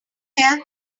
tell